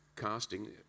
casting